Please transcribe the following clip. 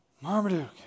Marmaduke